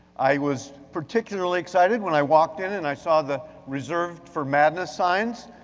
i was particularly excited when i walked in and i saw the reserved for madness signs.